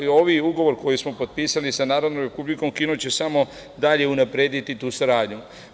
Ovaj ugovor koji smo potpisali sa Narodnom Republikom Kinom će samo dalje unaprediti tu saradnju.